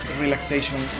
Relaxation